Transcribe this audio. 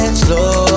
slow